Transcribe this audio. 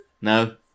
No